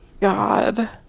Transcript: god